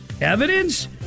evidence